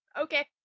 Okay